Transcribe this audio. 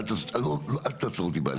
אל תעצור אותי באמצע.